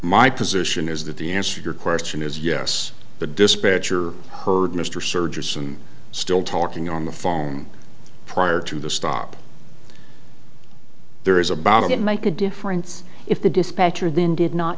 my position is that the answer your question is yes the dispatcher heard mr sergers and still talking on the phone prior to the stop there is about it make a difference if the dispatcher then did not